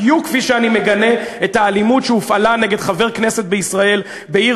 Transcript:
בדיוק כפי שאני מגנה את האלימות שהופעלה נגד חבר כנסת בישראל בעיר